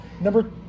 number